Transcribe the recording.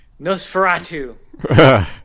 Nosferatu